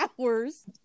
hours